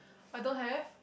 I don't have